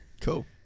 Cool